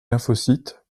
lymphocytes